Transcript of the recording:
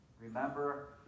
Remember